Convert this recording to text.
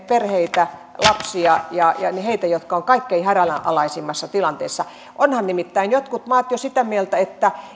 perheitä lapsia ja heitä jotka ovat kaikkein hädänalaisimmassa tilanteessa ovathan nimittäin jotkut maat jo sitä mieltä että